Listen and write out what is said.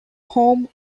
holme